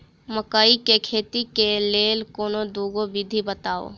मकई केँ खेती केँ लेल कोनो दुगो विधि बताऊ?